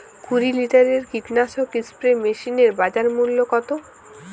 কুরি লিটারের কীটনাশক স্প্রে মেশিনের বাজার মূল্য কতো?